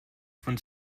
von